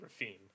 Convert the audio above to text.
Rafine